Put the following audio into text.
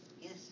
Yes